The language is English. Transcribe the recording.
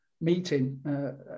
meeting